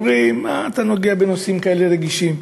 אומרים: מה אתה נוגע בנושאים כאלה רגישים?